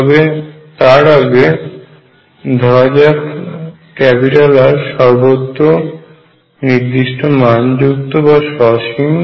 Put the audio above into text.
তবে তার আগে ধরা যাক R সর্বত্র নির্দিষ্ট মান যুক্ত বা সসীম